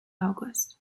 august